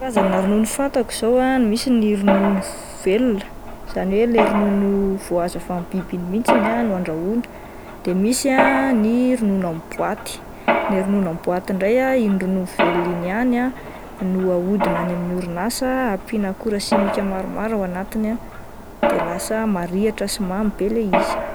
Karazana ronono fantako izao ah misy ny ronono velona izany hoe ilay ronono vao azo avy amin'ny biby mihintsy ah no andrahoana, de misy ah ny ronono amin'ny boaty, ilay ronono amin'ny boaty indray ah iny ronono velona iny ihany ah no ahodina any amin'ny orinasa ampiana akora simika maromaro ao anatiny ah de lasa marihitra sy mamy be ilay izy.